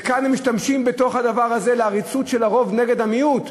וכאן הם משתמשים בדבר הזה לעריצות של הרוב נגד המיעוט,